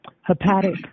hepatic